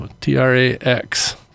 T-R-A-X